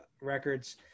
records